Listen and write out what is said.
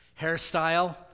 hairstyle